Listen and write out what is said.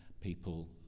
people